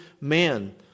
man